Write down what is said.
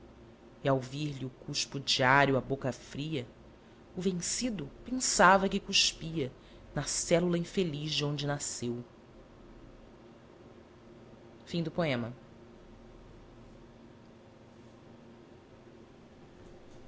e ao vir lhe o cuspo diário à boca fria o vencido pensava que cuspia na célula infeliz de onde nasceu o